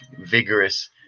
vigorous